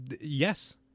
Yes